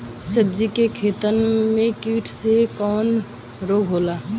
सब्जी के खेतन में कीट से कवन रोग होला?